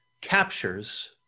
captures